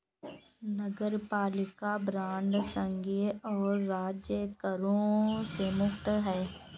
नगरपालिका बांड संघीय और राज्य करों से मुक्त हैं